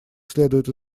следует